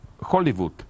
Hollywood